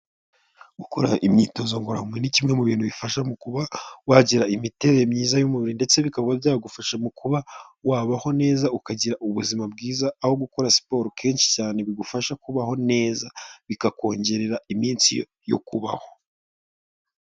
Gukora imyitozo ngoromu ni kimwe mu bintu bifasha mu kuba wagira imiterere myiza y'umubiri, ndetse bikaba byagufasha mu kuba wabaho neza ukagira ubuzima bwiza, aho gukora siporo kenshi cyane bigufasha kubaho neza bikakongerera iminsi yo kubaho.